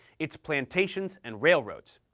its plantations and railroads.